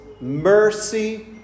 mercy